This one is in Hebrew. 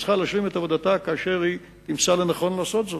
היא צריכה להשלים את עבודתה כאשר היא תמצא לנכון לעשות זאת.